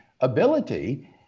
ability